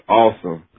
awesome